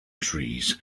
trees